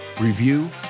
review